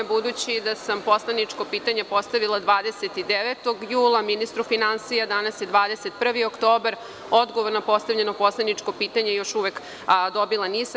Budući da sam poslaničko pitanje postavila 29. jula ministru finansija, danas je 21. oktobar, odgovor na postavljeno poslaničko pitanje još uvek dobila nisam.